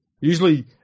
Usually